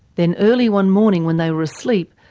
then early one morning when they were asleep,